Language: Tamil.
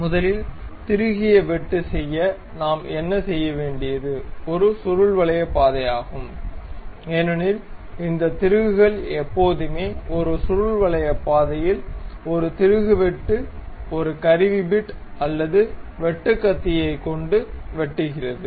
முதலில் திருகிய வெட்டு செய்ய நாம் செய்ய வேண்டியது ஒரு சுருள்வலய பாதையாகும் ஏனெனில் இந்த திருகுகள் எப்போதுமே ஒரு சுருள்வலய பாதையில் ஒரு திருகு வெட்டு ஒரு கருவி பிட் அல்லது வெட்டு கத்தியைப் கொண்டு வெட்டுகிறது